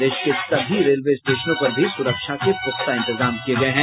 प्रदेश के सभी रेलवे स्टेशनों पर भी सुरक्षा के पुख्ता इंतजाम किये गये हैं